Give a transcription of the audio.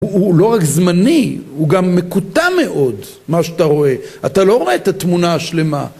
הוא לא רק זמני, הוא גם מקוטע מאוד מה שאתה רואה, אתה לא רואה את התמונה השלמה